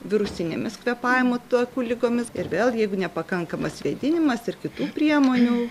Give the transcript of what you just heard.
virusinėmis kvėpavimo takų ligomis ir vėlgi jeigu nepakankamas vėdinimas ir kitų priemonių